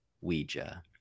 Ouija